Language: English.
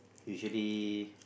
usually